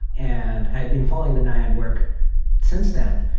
and had been following the naiad work since then.